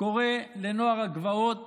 קורא לנוער הגבעות